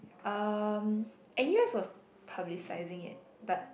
um N_U_S was publicising it but